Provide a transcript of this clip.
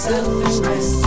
Selfishness